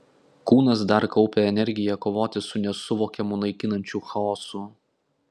kūnas dar kaupė energiją kovoti su nesuvokiamu naikinančiu chaosu